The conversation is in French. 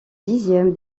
dixième